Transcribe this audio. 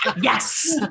Yes